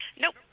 Nope